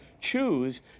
choose